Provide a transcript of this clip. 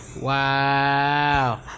Wow